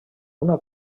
una